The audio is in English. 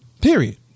Period